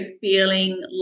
feeling